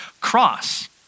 cross